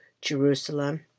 jerusalem